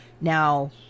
Now